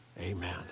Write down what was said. Amen